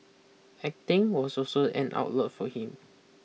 acting was also an outlet for him